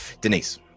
denise